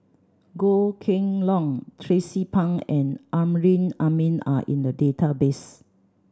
Goh Kheng Long Tracie Pang and Amrin Amin are in the database